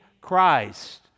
Christ